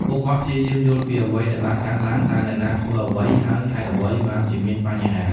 ពួកគាត់ព្យាយាមយល់ពីអ្វីដែលបានកើតឡើង តើអ្នកណាធ្វើអ្វី ហើយហេតុអ្វីបានជាមានបញ្ហា។